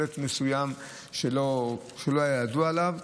זה שלט מסוים שלא היה ידוע עליו,